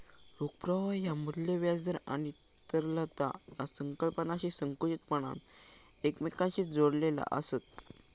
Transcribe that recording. रोख प्रवाह ह्या मू्ल्य, व्याज दर आणि तरलता या संकल्पनांशी संकुचितपणान एकमेकांशी जोडलेला आसत